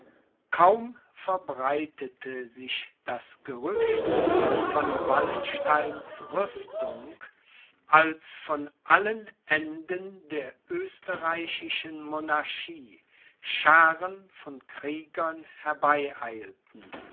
kaum verbreitete sich das gerücht von wallensteins rüstung als von allen enden der österreichischen monarchie schaaren von kriegern herbeieilten